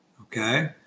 okay